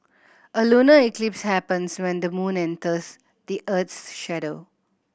a lunar eclipse happens when the moon enters the earth's shadow